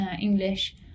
English